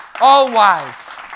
all-wise